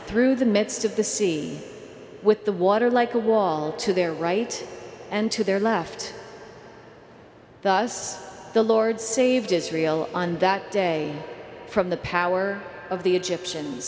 through the midst of the sea with the water like a wall to their right and to their left thus the lord saved israel on that day from the power of the egyptians